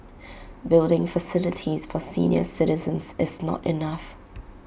building facilities for senior citizens is not enough